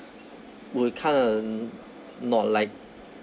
will kind of not like